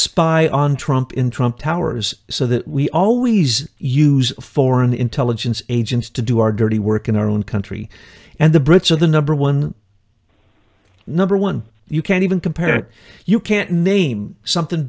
in trump towers so that we always use foreign intelligence agents to do our dirty work in our own country and the brits are the number one number one you can't even compare you can't name something